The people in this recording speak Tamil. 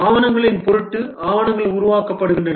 ஆவணங்களின் பொருட்டு ஆவணங்கள் உருவாக்கப்படுகின்றன